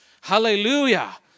Hallelujah